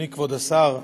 אדוני כבוד השר,